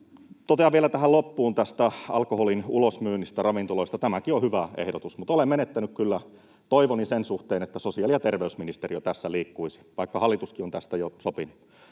Totean vielä tähän loppuun tästä alkoholin ulosmyynnistä ravintoloista, että tämäkin on hyvä ehdotus mutta olen menettänyt kyllä toivoni sen suhteen, että sosiaali- ja terveysministeriö tässä liikkuisi, vaikka hallituskin on tästä jo sopinut.